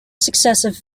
successive